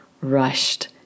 rushed